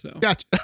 Gotcha